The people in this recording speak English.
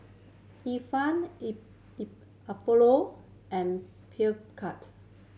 Ifan Apollo and